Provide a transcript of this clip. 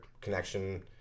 connection